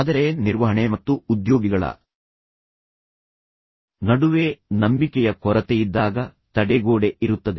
ಆದರೆ ನಿರ್ವಹಣೆ ಮತ್ತು ಉದ್ಯೋಗಿಗಳ ನಡುವೆ ನಂಬಿಕೆಯ ಕೊರತೆಯಿದ್ದಾಗ ತಡೆಗೋಡೆ ಇರುತ್ತದೆ